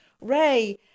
Ray